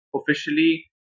officially